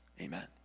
Amen